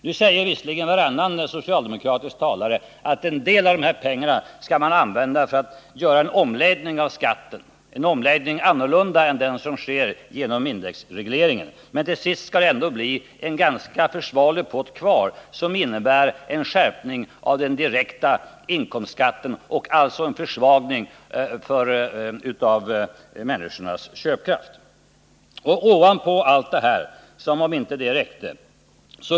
Visserligen säger varannan socialdemokratisk talare att en del av de pengarna skall användas till en omläggning av skatten — en omläggning som är annorlunda än den som sker genom indexregleringen — men till sist skall det ju ändå bli en ganska försvarlig pott kvar för en skärpning av den direkta inkomstskatten och alltså en försvagning av människornas köpkraft. Ovanpå allt det här — som om inte det räckte!